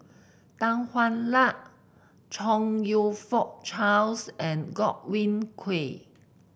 Tan Hwa Luck Chong You Fook Charles and Godwin Koay